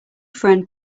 friend